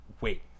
wait